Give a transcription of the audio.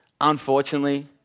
unfortunately